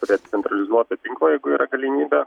prie centralizuoto tinklo jeigu yra galimybė